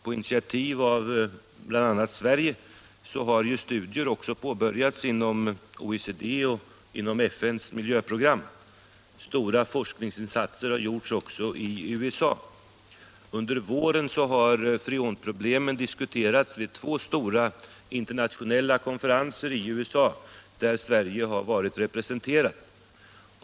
På initiativ av bl.a. Sverige har studier påbörjats inom OECD och inom FN:s miljöprogram. Stora forskningsinsatser har gjorts också i USA. Under våren har freonproblemen diskuterats vid två stora internationella konferenser i USA, där Sverige har varit representerat.